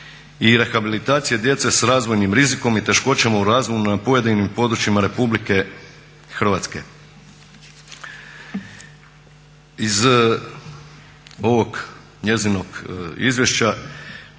i rehabilitacije djece s razvojnim rizikom i teškoćama u razvoju na pojedinim područjima Republike Hrvatske.